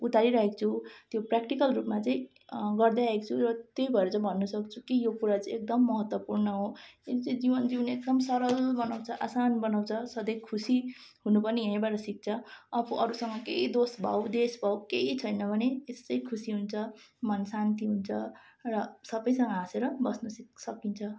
उतारिरहेको छु त्यो प्र्याक्टिकल रूपमा चाहिँ गर्दैआएको छु र त्यही भएर चाहिँ भन्नसक्छु कि यो कुरा चाहिँ एकदम महत्त्वपूर्ण हो जुन चाहिँ जीवन जिउने एकदम सरल बनाउँछ आसान बनाउँछ सधैँ खुसी हुनु पनि यहीँबाट सिक्छ आफू अरूसँग केही दोषभाव द्वेषभाव केही छैन भने यसै खुसी हुन्छ मन शान्ति हुन्छ र सबैसँग हाँसेर बस्न सिक् सकिन्छ